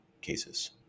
cases